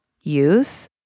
use